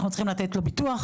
אנחנו צריכים לתת לו ביטוח,